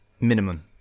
minimum